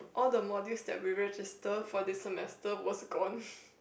all the modules that we register for this semester was gone